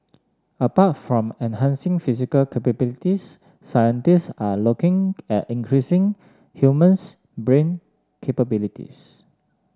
apart from enhancing physical capabilities scientists are looking at increasing human's brain capabilities